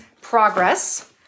Progress